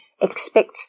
expect